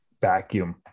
vacuum